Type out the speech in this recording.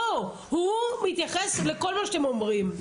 גם הוא מתייחס לכל מה שאתם אומרים.